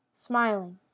Smiling